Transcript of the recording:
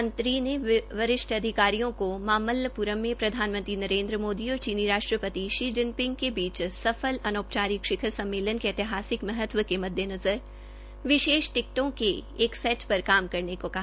मंत्री ने वरिष्ठ अधिकारियों को मालम्कप्रम ने प्रधानमंत्री नरेन्द्र मोदी और चीनी राष्ट्रपति शी जिनपिंग के बीच सफल अनौपचारिक शिखर सम्मेलन की ऐतिहासिक महत्व के मद्देनज़र विशेष टिकटों का सैट पर काम करने को कहा